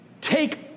take